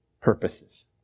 purposes